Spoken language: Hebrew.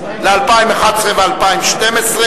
ל-2011 2012,